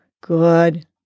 Good